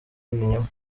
ibinyoma